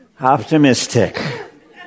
optimistic